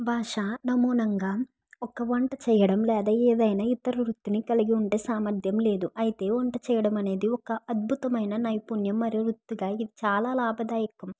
భాష నమూనంగా ఒక వంట చేయడం లేదా ఏదైనా ఇతరులు తిని కలిగి ఉండే సామర్థ్యం లేదు అయితే వంట చేయడం అనేది ఒక అద్భుతమైన నైపుణ్యం మరియు వృత్తిగా ఇది చాలా లాభదాయకం